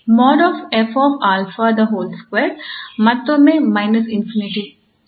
ಮತ್ತೊಮ್ಮೆ −∞ ನಿಂದ ∞ ನ ಇಂಟಿಗ್ರಾಲ್